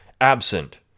absent